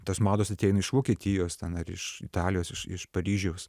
tos mados ateina iš vokietijos ten ar iš italijos iš iš paryžiaus